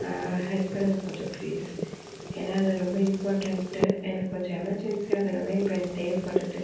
help பண்ணுங்கள் கொஞ்சம் please ஏன்னா அது ரொம்ப இம்பார்ட்டெண்ட்டு எனக்கு கொஞ்சம் எமர்ஜென்சியாக அது எல்லாமே இப்போ எனக்கு தேவைப்பட்றது